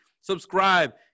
Subscribe